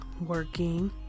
working